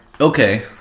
Okay